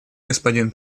господин